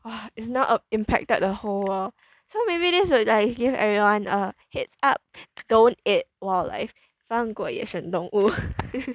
!wah! it's now impacted the whole world so maybe this will like give everyone a heads up don't eat wildlife 放过野生动物